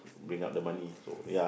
bring up the money so ya